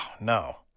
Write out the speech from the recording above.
no